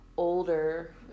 older